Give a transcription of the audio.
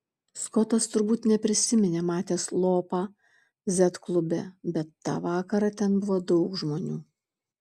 skotas turbūt neprisiminė matęs lopą z klube bet tą vakarą ten buvo daug žmonių